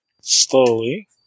slowly